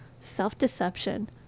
self-deception